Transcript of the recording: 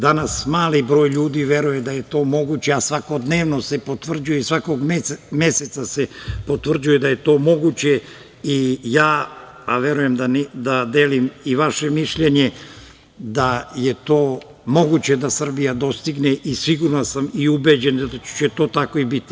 Danas mali broj ljudi veruje da je to moguće, a svakodnevno se potvrđuje i svakog meseca se potvrđuje da je to moguće i ja verujem da delim i vaše mišljenje da je to moguće da Srbija dostigne i siguran sam i ubeđen da će to tako i biti.